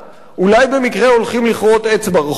אולי במקרה הולכים לכרות עץ ברחוב?